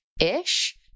ish